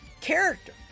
character